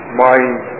mind